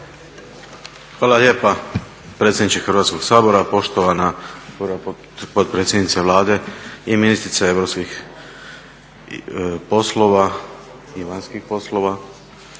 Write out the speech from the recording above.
Hvala lijepa predsjedniče Hrvatskog sabora. Poštovana potpredsjednice Vlade i ministrice europskih poslova i vanjskih poslova,